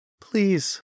Please